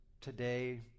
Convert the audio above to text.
today